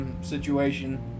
situation